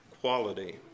quality